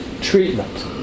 treatment